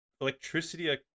electricity